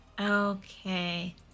Okay